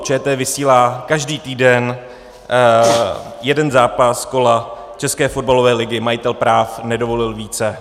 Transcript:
ČT vysílá každý týden jeden zápas kola České fotbalové ligy, majitel práv nedovolil více.